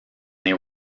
they